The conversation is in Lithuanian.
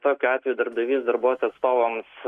tokiu atveju darbdavys darbuotojų atstovams